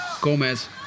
Gomez